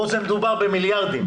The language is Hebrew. פה מדובר במיליארדים.